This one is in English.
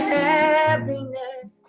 happiness